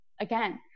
again